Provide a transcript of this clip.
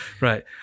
Right